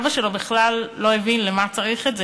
אבא שלו בכלל לא הבין בשביל מה צריך את זה,